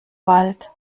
wald